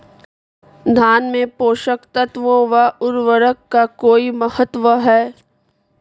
धान में पोषक तत्वों व उर्वरक का कोई महत्व है?